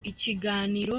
ikiganiro